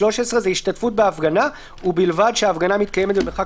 (13) השתתפות בהפגנה ובלבד שההפגנה מתקיימת במרחק